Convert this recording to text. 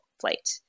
flight